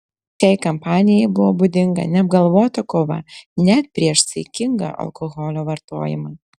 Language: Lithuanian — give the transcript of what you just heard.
šiai kampanijai buvo būdinga neapgalvota kova net prieš saikingą alkoholio vartojimą